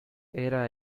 era